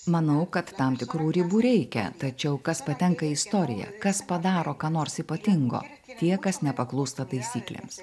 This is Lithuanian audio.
manau kad tam tikrų ribų reikia tačiau kas patenka į istoriją kas padaro ką nors ypatingo tie kas nepaklūsta taisyklėms